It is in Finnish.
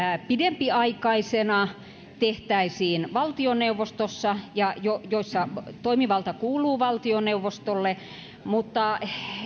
pidempiaikaisina tehtäisiin valtioneuvostossa ja joissa toimivalta kuuluu valtioneuvostolle mutta